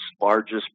largest